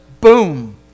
boom